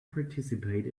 participate